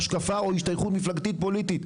השקפה או השתייכות מפלגתית פוליטית.